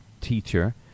teacher